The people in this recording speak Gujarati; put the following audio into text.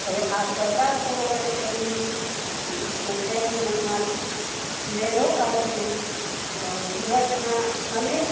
હવે આ સરદાર સરોવર ડેમની ડેમમાંથી નહેરો કાઢીને ગુજરાતનાં અનેક